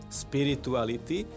spirituality